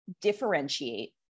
differentiate